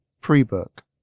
pre-book